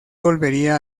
volvería